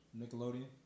Nickelodeon